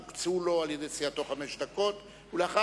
הוקצו לו מסיעתו חמש דקות, ולאחר